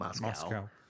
Moscow